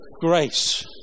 grace